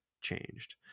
changed